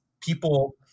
people